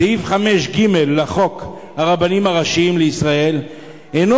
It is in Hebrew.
סעיף 5(ג) לחוק הרבנים הראשיים לישראל אינו